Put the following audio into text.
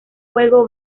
fuego